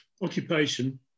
occupation